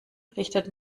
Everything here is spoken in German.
richtet